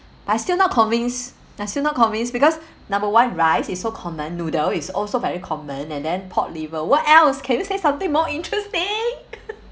I still not convinced I still convinced because number one rice is so common noodle is also very common and then pork liver what else can you say something more interesting